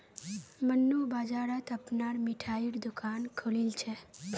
मन्नू बाजारत अपनार मिठाईर दुकान खोलील छ